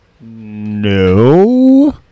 No